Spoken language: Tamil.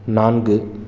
நான்கு